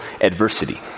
adversity